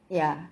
ya